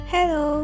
Hello